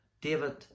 David